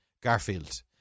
Garfield